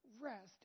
rest